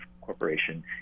Corporation